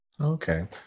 Okay